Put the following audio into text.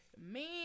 Man